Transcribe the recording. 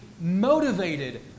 motivated